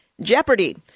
Jeopardy